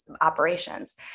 operations